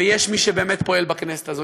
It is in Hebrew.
ויש מי שבאמת פועל בכנסת הזאת.